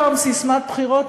הייתה פעם ססמת בחירות,